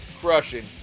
Crushing